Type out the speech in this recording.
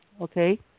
Okay